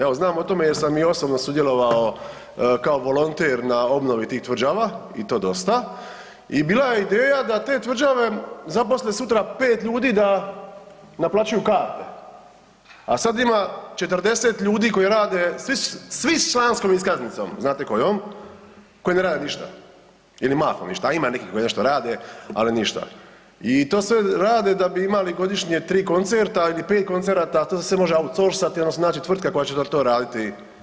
Evo znam o tome jer sam i osobno sudjelovao kao volonter na obnovi tih tvrđava i to dosta i bila je ideja da te tvrđave zaposle sutra 5 ljudi da naplaćuju karte, a sad ima 40 ljudi koji rade, svi s članskom iskaznicom, znate kojom, koji ne rade ništa ili mahom ništa, a ima nekih koji nešto rade, ali ništa i to sve rade da bi imali godišnje 3 koncerta ili 5 koncerata, to se sve može autsorsat i onda se nađe tvrtka koja će vam to raditi.